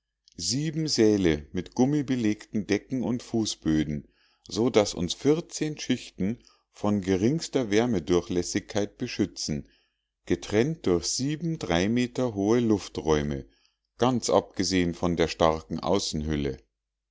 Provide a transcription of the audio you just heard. sieben säle mit gummibelegten decken und fußböden so daß uns schichten von geringster wärmedurchlässigkeit beschützen getrennt durch drei meter hohe lufträume ganz abgesehen von der starken außenhülle